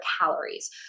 calories